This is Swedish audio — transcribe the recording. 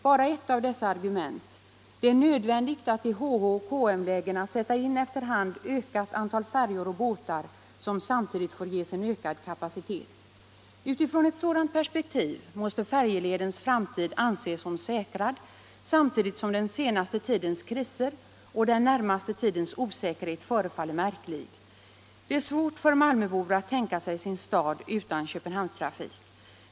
Här är ett av argumenten: ”Det är nödvändigt att i H-H och K-M-lägena sätta in efter hand ökat antal färjor och båtar som samtidigt får ges en ökad kapacitet.” Utifrån ett sådant perspektiv måste färjeledens framtid anses som säkrad samtidigt som det förefaller märkligt med den senaste tidens kriser och den närmaste tidens osäkerhet. Det är svårt för malmöbor att tänka sig sin stad utan Köpenhamnstrafik.